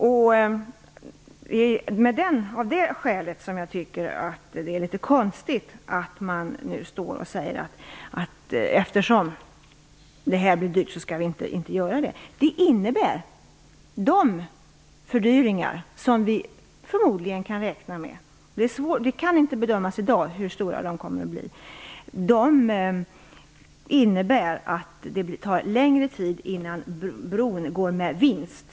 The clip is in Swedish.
Det är av det skälet som jag tycker att det är litet konstigt att man nu säger att eftersom detta blir dyrt, skall vi inte göra det. Det innebär att vi kan räkna med fördyringar. Det kan inte bedömas i dag hur stora de kommer att bli. Det innebär att det tar längre tid innan bron går med vinst.